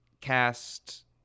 cast